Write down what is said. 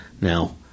Now